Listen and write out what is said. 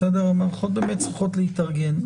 המערכות באמת צריכות להתארגן,